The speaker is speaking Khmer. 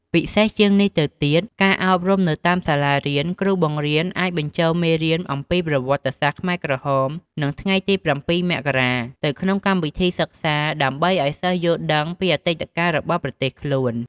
ពិសេសជាងនេះទៅទៀតការអប់រំនៅតាមសាលារៀនគ្រូបង្រៀនអាចបញ្ចូលមេរៀនអំពីប្រវត្តិសាស្ត្រខ្មែរក្រហម និងថ្ងៃ៧ មករា ទៅក្នុងកម្មវិធីសិក្សា ដើម្បីឲ្យសិស្សយល់ដឹងពីអតីតកាលរបស់ប្រទេសខ្លួន។